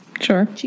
sure